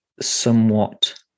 somewhat